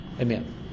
Amen